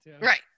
Right